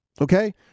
okay